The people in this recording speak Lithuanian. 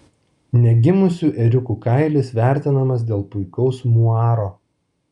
negimusių ėriukų kailis vertinamas dėl puikaus muaro